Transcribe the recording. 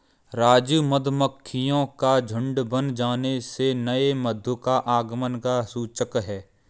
राजू मधुमक्खियों का झुंड बन जाने से नए मधु का आगमन का सूचक है